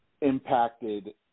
impacted